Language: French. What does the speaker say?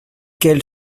quel